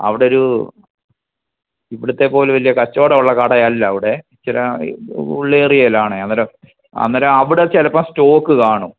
അവിടൊരു ഇവിടത്തെ പോലെ വലിയ കച്ചവടം ഉള്ള കടയല്ല അവിടെ ഇച്ചിരെ ഉള്ളേരിയേലാണ് അന്നേരം അന്നേരം അവിടെ ചിലപ്പോൾ സ്റ്റോക്ക് കാണും